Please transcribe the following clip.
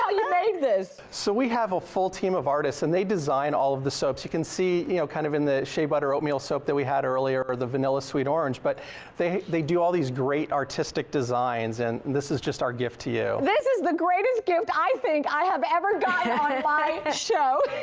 you made this? so we have a full time of artists and they design all of the soaps you can see, you know kind of in the shea butter oatmeal soap that we had earlier, or the vanilla sweet orange. but they they do all these great artistic designs, and this is just our gift to you. this is the greatest gift i think i have ever gotten show!